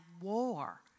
war